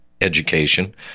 education